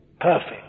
Perfect